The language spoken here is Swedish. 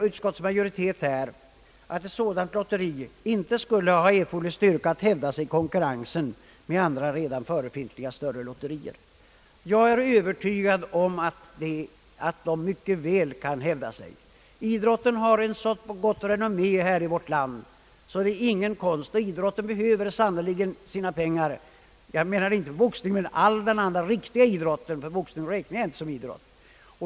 Utskottsmajoriteten hävdar att ett sådant lotteri inte skulle ha erforderlig styrka att stå sig i konkurrensen med andra redan förefintliga större lotterier. Jag är dock övertygad om att ett sådant lotteri mycket väl skulle kunna hävda sig. Idrotten har ett så gott renommé i vårt land att ett sådant lotteri inte bör vara någon konst. Idrotten behöver också sannerligen dessa pengar. Jag menar inte boxningen utan den andra, riktiga idrotten, ty boxning räknar jag inte som idrott.